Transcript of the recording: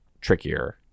trickier